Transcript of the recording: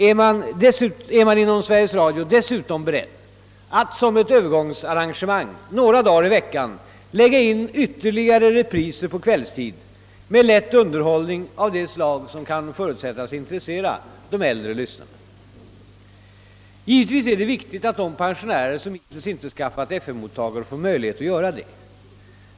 För det tredje är man inom Sveriges Radio dessutom beredd att som ett övergångsarrangemang några dagar i veckan lägga in ytterligare repriser på kvällstid med lätt underhållning av det slag, som kan förutsättas intressera de äldre lyssnarna. Givetvis är det viktigt, att de pensionärer som hittills inte skaffat FM-mottagare får möjlighet att göra detta.